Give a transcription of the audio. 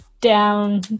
down